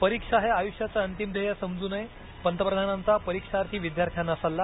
परीक्षा हे आयुष्याचं अंतिम ध्येय समजू नये पंतप्रधानांचा परीक्षार्थी विद्यार्थ्यांना सल्ला